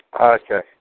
Okay